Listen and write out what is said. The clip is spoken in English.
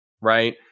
right